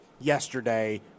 yesterday